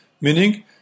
Meaning